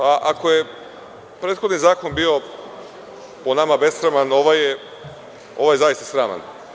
Ako je prethodni zakon, po nama bio besraman, ovaj je zaista sraman.